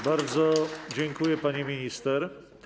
Bardzo dziękuję, pani minister.